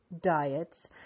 diets